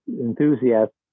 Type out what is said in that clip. enthusiasts